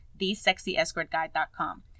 thesexyescortguide.com